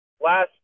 last